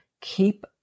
Keep